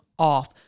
off